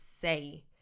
say